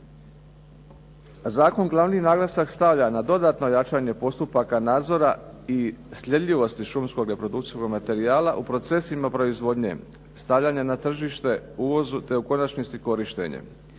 Zakon glavi naglasak stavlja na dodatno jačanje postupaka nadzora i sljedljivosti šumskog reprodukcijskog materijala u procesima proizvodnje, stavljanja na tržište, uvozu te u konačnici korištenje.